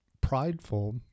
prideful